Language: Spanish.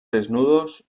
desnudos